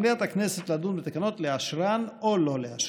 על מליאת הכנסת לדון בתקנות ולאשרן או לא לאשרן.